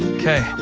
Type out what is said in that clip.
okay.